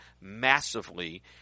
massively